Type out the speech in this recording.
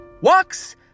walks